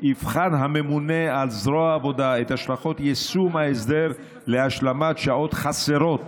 יבחן הממונה על זרוע העבודה את השלכות יישום ההסדר להשלמת שעות חסרות